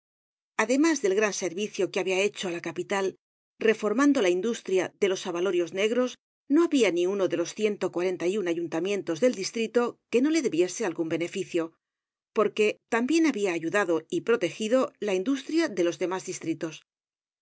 además del gran servicio que habia hecho á la capital reformando la industria de los abalorios negros no habia ni uno de los ciento cuarenta y un ayuntamientos del distrito que no le debiese algun beneficio porque tambien habia ayudado y protegido la industria de los demás distritos